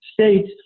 states